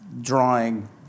drawing